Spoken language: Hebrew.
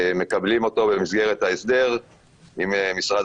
שמקבלים אותו במסגרת ההסדר עם משרד